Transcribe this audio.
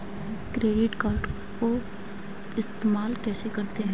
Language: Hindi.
क्रेडिट कार्ड को इस्तेमाल कैसे करते हैं?